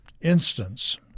instance